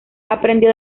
aprendió